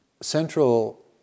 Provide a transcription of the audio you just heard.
central